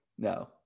No